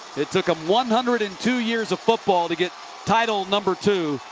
it took them one hundred and two years of football to get title number two.